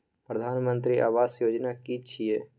प्रधानमंत्री आवास योजना कि छिए?